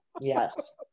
Yes